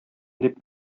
дип